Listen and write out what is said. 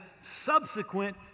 subsequent